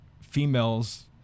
females